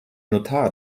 notar